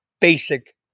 basic